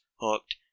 hooked